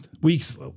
weeks